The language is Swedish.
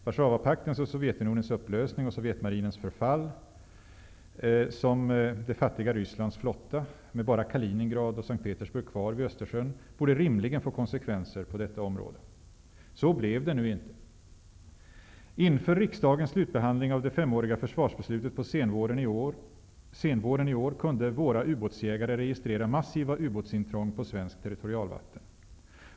Warszawapaktens och Sovjetunionens upplösning och Sovjetmarinens förfall som det fattiga Petersburg kvar vid Östersjön borde rimligen få konsekvenser på detta område. Så blev det nu inte. Inför riksdagens slutbehandling av det femåriga försvarsbeslutet på senvåren i år kunde våra ubåtsjägare registrera massiva ubåtsintrång på svenskt territorialvatten.